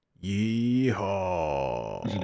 Yee-Haw